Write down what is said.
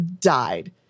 died